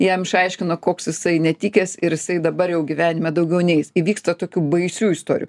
jam išaiškino koks jisai netikęs ir jisai dabar jau gyvenime daugiau neis įvyksta tokių baisių istorijų